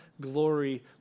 glory